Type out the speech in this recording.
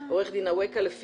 עורך דין אווקה זנה,